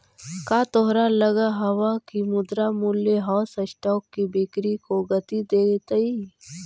का तोहरा लगअ हवअ की मुद्रा मूल्यह्रास स्टॉक की बिक्री को गती देतई